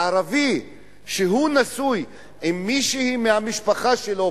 לערבי שהוא נשוי עם מישהי מהמשפחה שלו,